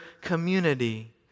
community